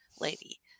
lady